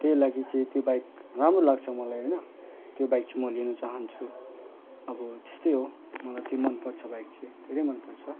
त्यहीलागि चाहिँ त्यो बाइक राम्रो लाग्छ मलाई होइन त्यो बाइक चाहिँ म लिनु चाहन्छु अब त्यस्तै हो मलाई त्यो मनपर्छ बाइक चाहिँ धेरै मनपर्छ